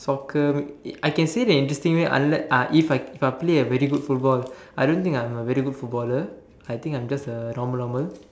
soccer I can say that in interesting way unless if I if I play it a very good football I don't think I'm a very good footballer I think I'm a just normal normal